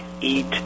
eat